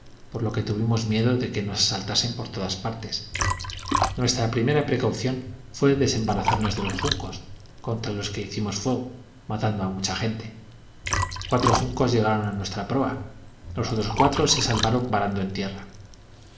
por lo que tuvimos miedo de que nos asaltasen por todas partes nuestra primera precaución fué desembarazarnos de los juncos contra los que hicimos fuego matando a mucha gente cuatro juncos llegaron a nuestra proa los otros cuatro se salvaron varando en tierra